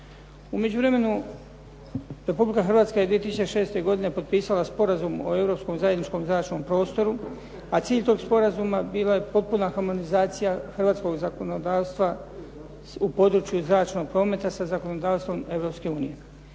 U međuvremenu, Republika Hrvatska je 2006. godine potpisala Sporazum o europskom zajedničkom zračnom prostoru, a cilj sporazuma bila je potpuna harmonizacija hrvatskog zakonodavstva u području zračnog prometa sa zakonodavstvom Europske unije.